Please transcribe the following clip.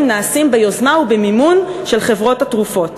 נעשים ביוזמה ובמימון של חברות התרופות,